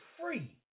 free